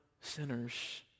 sinners